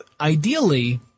ideally